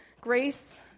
Grace